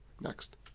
Next